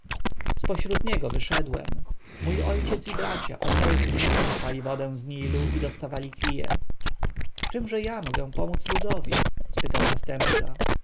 pośród niego wyszedłem mój ojciec i bracia po całych dniach czerpali wodę z nilu i dostawali kije w czemże ja mogę pomóc ludowi spytał następca